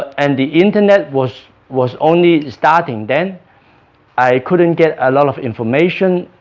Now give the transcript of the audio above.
and the internet was was only starting then i couldn't get a lot of information.